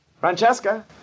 Francesca